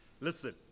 Listen